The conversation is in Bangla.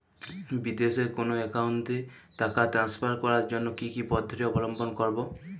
বিদেশের কোনো অ্যাকাউন্টে টাকা ট্রান্সফার করার জন্য কী কী পদ্ধতি অবলম্বন করব?